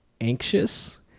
anxious